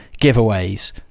giveaways